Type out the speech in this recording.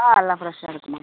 ஆ நல்லா ஃப்ரெஷ்ஷாக இருக்கும்மா